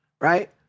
right